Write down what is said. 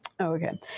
Okay